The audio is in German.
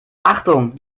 achtung